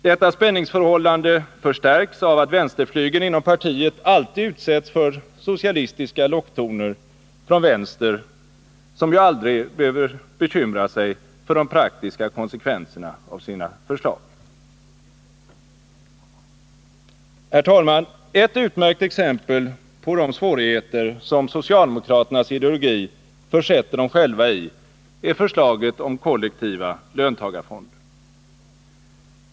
Detta spänningsförhållande förstärks av att vänsterflygeln inom partiet alltid utsätts för socialistiska locktoner från vpk, som ju aldrig behöver bekymra sig för de praktiska konsekvenserna av sina förslag. Herr talman! Ett utmärkt exempel på de svårigheter som socialdemokraternas ideologi försätter dem själva i är förslaget om kollektiva löntagarfonder.